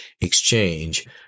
exchange